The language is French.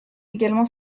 également